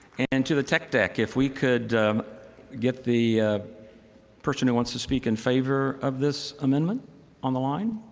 and to the tech deck, if we could get the person who wants to speak in favor of this amendment on the line?